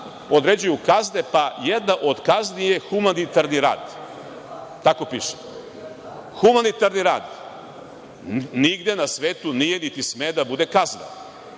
određuju kazne. Jedna od kazni je humanitarni rad. Tako piše. Humanitarni rad nigde na svetu nije niti sme da bude kazna.